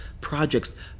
projects